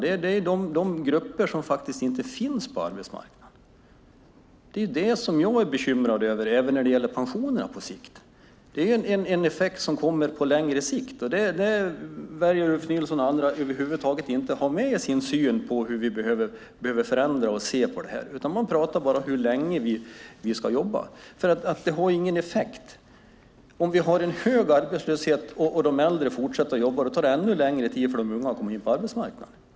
Det är de grupper som faktiskt inte finns på arbetsmarknaden. Det är dem jag är bekymrad över även när det gäller pensionerna på sikt. Det är en effekt som kommer på längre sikt, och den väljer Ulf Nilsson och andra att inte ens ha med i sin syn på hur vi behöver förändra och se på detta. I stället pratar man bara om hur länge vi ska jobba. Det har ingen effekt. Om vi har en hög arbetslöshet och de äldre fortsätter att jobba tar det ännu längre tid för de unga att komma in på arbetsmarknaden.